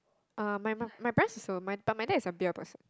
uh my mum my parents also my but my dad is a beer person